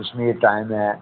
Kashmir time ऐ